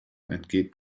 entgeht